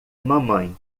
mamãe